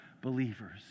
believers